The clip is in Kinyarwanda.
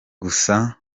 gusa